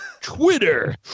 Twitter